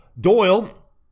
Doyle